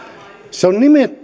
se on